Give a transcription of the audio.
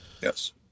Yes